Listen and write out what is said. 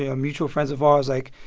ah mutual friends of ours like,